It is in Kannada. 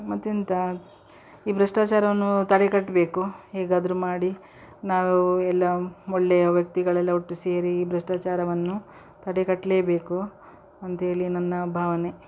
ಮತ್ತೆಂತ ಈ ಭ್ರಷ್ಟಾಚಾರವನ್ನು ತಡೆಗಟ್ಬೇಕು ಹೇಗಾದರೂ ಮಾಡಿ ನಾವು ಎಲ್ಲ ಒಳ್ಳೆಯ ವ್ಯಕ್ತಿಗಳೆಲ್ಲ ಒಟ್ಟು ಸೇರಿ ಈ ಭ್ರಷ್ಟಾಚಾರವನ್ನು ತಡೆಗಟ್ಟಲೇಬೇಕು ಅಂತ್ಹೇಳಿ ನನ್ನ ಭಾವನೆ